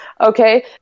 Okay